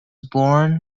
born